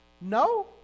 No